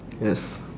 yes